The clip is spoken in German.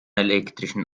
elektrischen